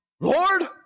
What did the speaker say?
Lord